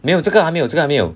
没有这个还没有这个还没有